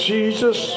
Jesus